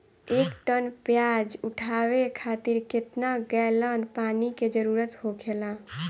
एक टन प्याज उठावे खातिर केतना गैलन पानी के जरूरत होखेला?